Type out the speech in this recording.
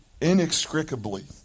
inextricably